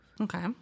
Okay